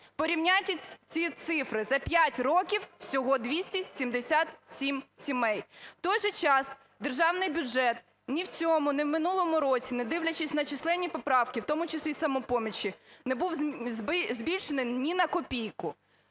Порівняйте ці цифри. За 5 років всього 277 сімей. В той же час державний бюджет ні в цьому, ні в минулому році, не дивлячись на численні поправки, в тому числі і "Самопомочі", не був збільшений ні на копійку.